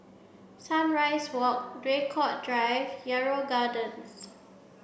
sunrise Walk Draycott Drive Yarrow Gardens